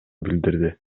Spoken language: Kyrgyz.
билдирди